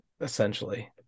essentially